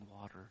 water